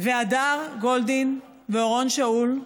והדר גולדין ואורון שאול,